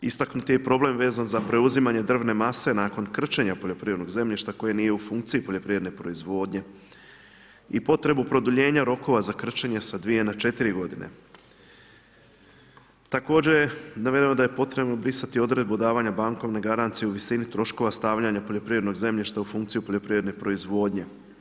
Istaknut je problem i vezan za preuzimanje drvene mase nakon krčenja poljoprivrednog zemljišta koji nije u funkciji poljoprivredne proizvodnje i potrebu produljenja rokova za krčenja sa 2 na 4 g. Također navedeno je da je potrebno brisati odredbu davanja bankovne garancije u visinu troškova stavljanja poljoprivrednog zemljišta u funkciju poljoprivredne proizvodnje.